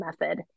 method